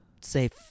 say